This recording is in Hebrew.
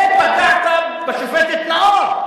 ופגעת בשופטת נאור.